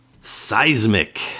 Seismic